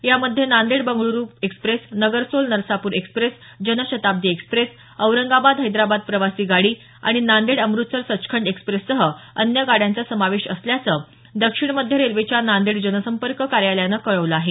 यामध्ये Nanded Bengaluru express Nagarsol Narsapur express Janshatabdi express Aurangabad Hyderabad प्रवासी गाडी आणि नांदेड अमृतसर सचखंड एक्सप्रेससह अन्य गाड्यांचा समावेश असल्याचं दक्षिण मध्य रेल्वेच्या नांदेड इथल्या जनसंपर्क कार्यालयानं कळवलं आहे